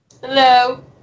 Hello